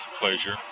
pleasure